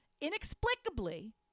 inexplicably